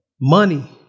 money